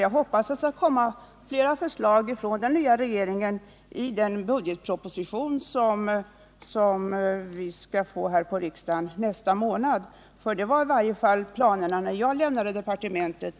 Jag hoppas att det skall komma en hel del förslag från delegationen och den nya regeringen i den budgetproposition som riksdagen får nästa månad. Det var i varje fall planerna när jag lämnade departementet.